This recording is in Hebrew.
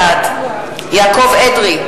בעד יעקב אדרי,